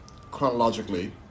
chronologically